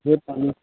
সেই পানী